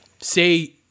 say